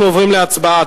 אנחנו עוברים להצבעה.